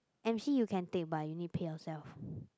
M_C you can take but you need pay yourself